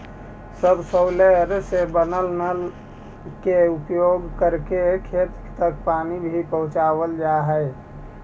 subsoiler से बनल नाल के उपयोग करके खेत तक पानी भी पहुँचावल जा हई